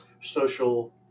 social